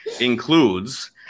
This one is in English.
includes